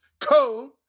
Code